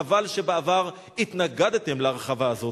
חבל שבעבר התנגדתם להרחבה הזאת.